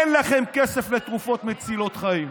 אין לכם כסף לתרופות מצילות חיים.